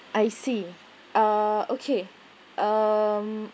I see uh okay um